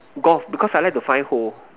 golf because I like to find hole